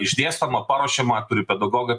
išdėstoma paruošiama turi pedagogo